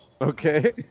Okay